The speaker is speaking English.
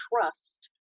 trust